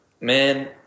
man